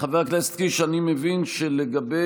חבר הכנסת קיש, אני מבין שלגבי,